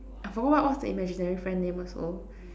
I forgot what what's the imaginary friend name also